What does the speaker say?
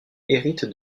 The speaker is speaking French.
hérite